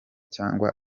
cyangwa